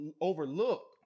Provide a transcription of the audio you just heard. overlook